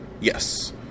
Yes